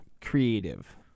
Creative